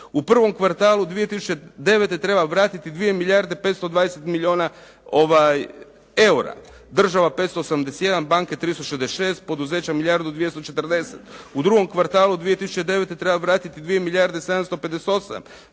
U prvom kvartalu 2009. treba vratiti 2 milijarde 520 milijuna eura. Država 571, banke 366, poduzeća milijardu 240. U drugom kvartalu 2009. treba vratiti 2 milijarde 758,